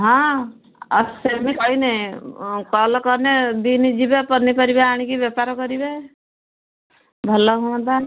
ହଁ ଅ ସେମିତି କହିନେ ଅ କଲ୍ କନେ ଦିନି ଯିବେ ପନିପରିବା ଆଣିକି ବେପାର କରିବେ ଭଲହୁଅନ୍ତା